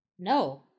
No